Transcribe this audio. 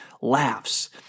laughs